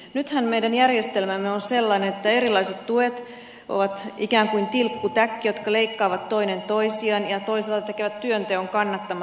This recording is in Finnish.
nythän meidän järjestelmämme on sellainen että erilaiset tuet ovat ikään kuin tilkkutäkki jossa tilkut leikkaavat toinen toistaan ja toisaalta tekevät työnteon kannattamattomaksi